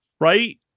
Right